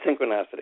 synchronicity